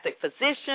physician